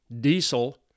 Diesel